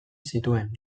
zituen